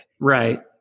Right